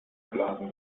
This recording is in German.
blasen